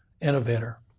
Innovator